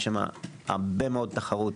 יש שם הרבה מאוד תחרות